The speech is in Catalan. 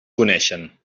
coneixen